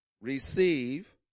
receive